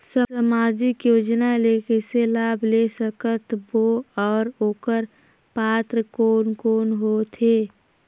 समाजिक योजना ले कइसे लाभ ले सकत बो और ओकर पात्र कोन कोन हो थे?